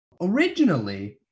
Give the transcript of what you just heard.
Originally